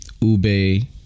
ube